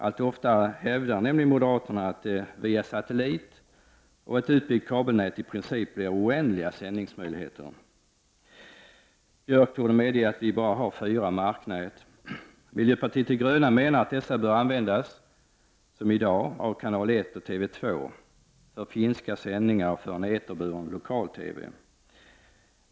Allt oftare hävdar nämligen moderaterna att det via satellit och ett utbyggt kabelnät i princip blir oändliga sändningsmöjligheter. Björck torde medge att vi bara har fyra marknät. Miljöpartiet de gröna menar att dessa bör användas som i dag av Kanal 1 och TV 2, för finska sändningar och för en eterburen lokal TV.